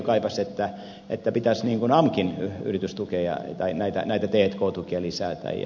sirnö kaipasi että pitäisi amkin yritystukea tai t k tukia lisätä jnp